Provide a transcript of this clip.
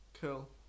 Cool